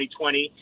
2020